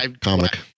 comic